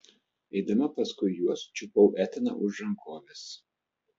eidama paskui juos čiupau etaną už rankovės